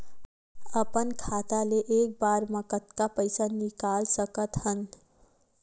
अपन खाता ले एक बार मा कतका पईसा निकाल सकत हन?